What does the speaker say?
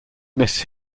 miss